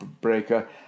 breaker